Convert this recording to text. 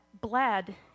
bled